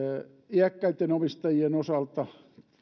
iäkkäitten omistajien osalta